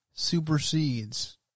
supersedes